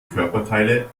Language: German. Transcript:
körperteile